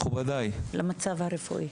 מכובדיי,